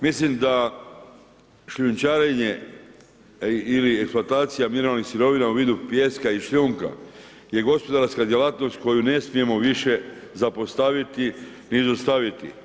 Mislim da šljunčarenje ili eksploatacija mineralnih sirovina u vidu pijeska i šljunka je gospodarska djelatnost koju ne smijemo više zapostaviti ni zaustaviti.